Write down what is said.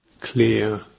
clear